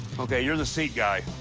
okay, you're the seat guy.